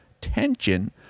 tension